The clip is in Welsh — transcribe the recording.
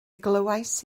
glywais